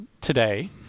today